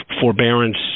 forbearance